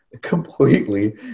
Completely